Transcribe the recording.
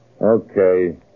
Okay